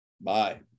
Bye